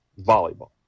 volleyball